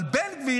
אבל בן גביר,